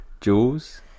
Jules